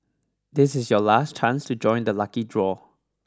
this is your last chance to join the lucky draw